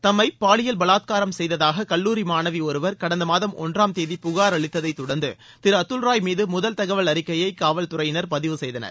தம்மை பாலியல் பலாத்காரம் செய்ததாக கல்லூரி மாணவி ஒருவர் கடந்த மாதம் ஒன்றாம் தேதி புகார் அளித்ததை தொடர்ந்து திரு அதும் ராய் மீது முதல் தகவல் அறிக்கையை காவல்துறையினர் பதிவு செய்தனர்